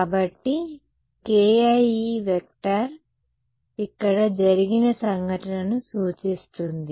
కాబట్టి kie ఇక్కడ జరిగిన సంఘటనను సూచిస్తుంది